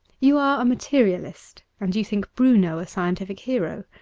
you are a materialist, and you think bruno a scientific hero.